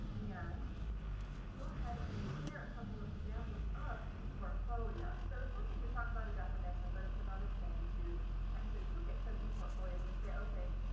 and go ahead and share a couple of examples of eportfolios. so it's one thing to talk about a definition, but it's another thing to actually look at some e portfolios and say, okay,